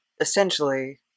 essentially